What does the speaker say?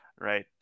right